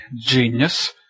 Genius